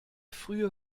frühe